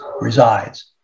resides